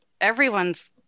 everyone's